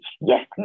yes